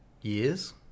years